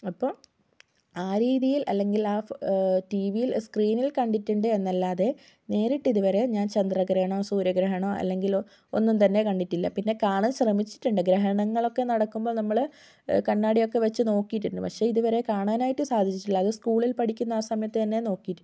അപ്പോൾ ആ രീതിയിൽ അല്ലെങ്കിൽ ആ ടി വിയിൽ സ്ക്രീനിൽ കണ്ടിട്ടുണ്ട് എന്നല്ലാതെ നേരിട്ടിതു വരെ ഞാൻ ചന്ദ്രഗ്രഹണമോ സൂര്യഗ്രഹണമോ അല്ലെങ്കിൽ ഒന്നും തന്നെ കണ്ടിട്ടില്ല പിന്നെ കാണാൻ ശ്രമിച്ചിട്ടുണ്ട് ഗ്രഹണങ്ങളൊക്കെ നടക്കുമ്പോൾ നമ്മൾ കണ്ണാടിയൊക്കെ വെച്ച് നോക്കിയിട്ടുണ്ട് പക്ഷെ ഇത് വരെ കാണാനായിട്ട് സാധിച്ചിട്ടില്ല അത് സ്കൂളിൽ പഠിക്കുന്ന ആ സമയത്ത് തന്നെ നോക്കിയിട്ട്